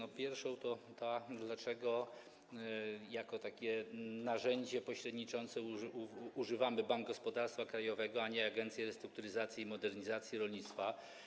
Po pierwsze, dlaczego jako takie narzędzie pośredniczące wykorzystujemy Bank Gospodarstwa Krajowego, a nie Agencję Restrukturyzacji i Modernizacji Rolnictwa?